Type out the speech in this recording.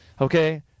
Okay